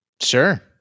Sure